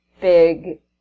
big